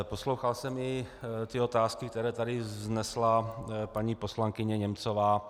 Poslouchal jsem i otázky, které tady vznesla paní poslankyně Němcová.